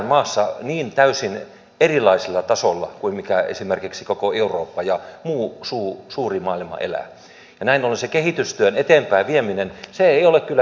maassa eletään täysin erilaisella tasolla kuin esimerkiksi koko eurooppa ja muu suuri maailma elävät ja näin ollen se kehitystyön eteenpäinvieminen ei ole kyllä helppoa